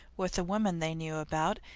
with a woman they knew about,